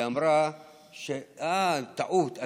היא אמר שזאת טעות,